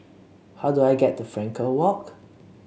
how do I get to Frankel Walk